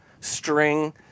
string